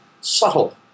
subtle